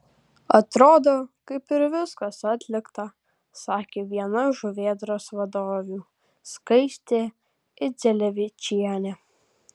atrodo kaip ir viskas atlikta sakė viena žuvėdros vadovių skaistė idzelevičienė